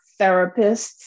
therapists